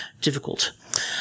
difficult